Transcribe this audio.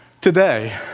today